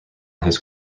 his